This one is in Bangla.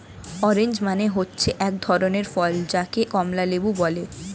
অরেঞ্জ মানে হচ্ছে এক ধরনের ফল যাকে কমলা লেবু বলে